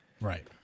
right